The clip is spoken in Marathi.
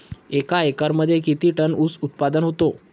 एका एकरमध्ये किती टन ऊस उत्पादन होतो?